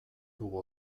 dugu